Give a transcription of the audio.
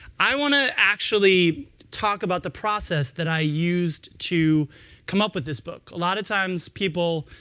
i want to actually talk about the process that i used to come up with this book. a lot of times people,